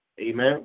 Amen